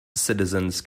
citizens